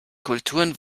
kulturen